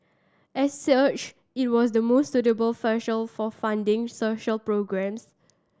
as such it was the most suitable for funding social programmes